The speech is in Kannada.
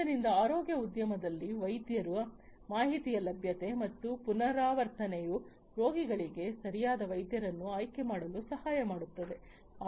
ಆದ್ದರಿಂದ ಆರೋಗ್ಯ ಉದ್ಯಮದಲ್ಲಿ ವೈದ್ಯರ ಮಾಹಿತಿಯ ಲಭ್ಯತೆ ಮತ್ತು ಪುನರಾವರ್ತನೆಯು ರೋಗಿಗಳಿಗೆ ಸರಿಯಾದ ವೈದ್ಯರನ್ನು ಆಯ್ಕೆ ಮಾಡಲು ಸಹಾಯ ಮಾಡುತ್ತದೆ